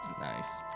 Nice